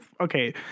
okay